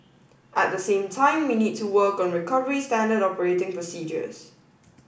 at the same time we need to work on recovery standard operating procedures